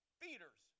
feeders